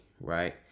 right